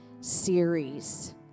series